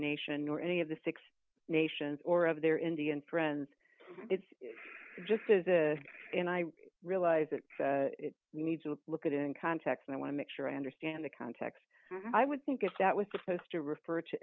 nation or any of the six nations or of their indian friends it's just as a and i realize that we need to look at it in context i want to make sure i understand the context i would think if that was supposed to refer to